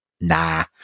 Nah